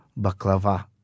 baklava